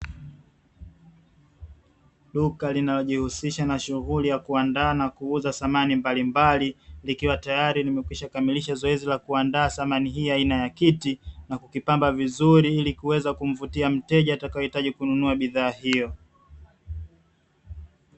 Duka linalojishughulisha na kuandaa samani mbalimbali, likiwa tayari limekwisha kamilisha zoezi la kuandaa samani hii aina ya kiti, na kukipamba vizuri ili kuweza kumvutia mteja atakaye hitaji kununua bidhaa hiyo.